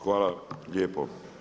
Hvala lijepo.